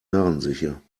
narrensicher